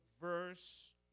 verse